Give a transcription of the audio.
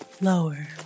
lower